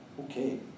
Okay